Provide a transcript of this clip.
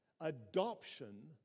adoption